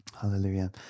Hallelujah